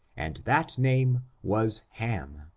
and that name was ham.